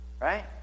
Right